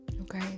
okay